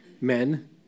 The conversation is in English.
men